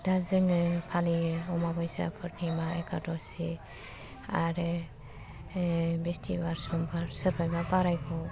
दा जोङो फालियो अमाबैसा पुर्निमा एकाद'सि आरो बिसथिबार समबार सोरबाबा बारायखौ